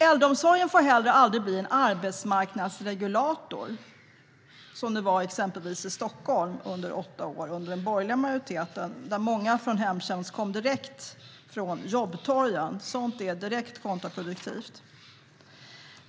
Äldreomsorgen får heller aldrig bli en arbetsmarknadsregulator, som den var exempelvis i Stockholm under åtta år med en borgerlig majoritet, där många i hemtjänsten kom direkt från jobbtorgen. Sådant är direkt kontraproduktivt.